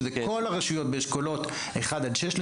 שזה כל הרשויות באשכולות סוציו אקונומיים אחד עד שש,